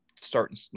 starting –